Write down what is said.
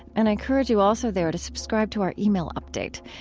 and i encourage you also there to subscribe to our email update.